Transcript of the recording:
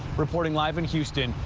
reporting live in houston,